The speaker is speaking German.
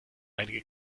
einige